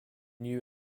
new